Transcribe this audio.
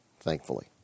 thankfully